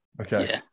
Okay